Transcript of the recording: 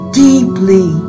deeply